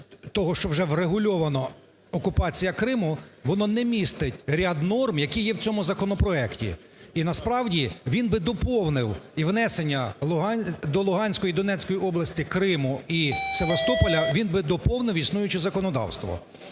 того, що вже врегульовано окупація Криму, воно не містить ряд норм, які є в цьому законопроекті. І насправді він би доповнив і внесення Луганської… до Луганської і Донецької області Криму і Севастополя, він би доповнив існуюче законодавство.